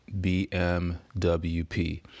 BMWP